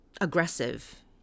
aggressive